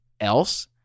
else